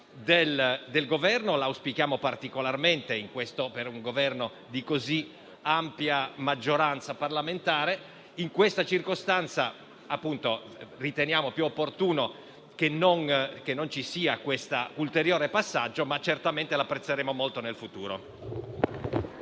del Governo, la auspichiamo particolarmente con un Governo di così ampia maggioranza parlamentare, ma in questa circostanza riteniamo più opportuno che non ci sia questo ulteriore passaggio, anche se certamente apprezzeremo molto tale